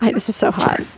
it was just so hot